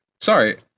sorry